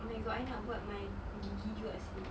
oh my god I nak buat my gigi juga seh